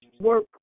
Work